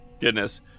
Goodness